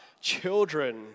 children